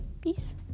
peace